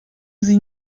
sie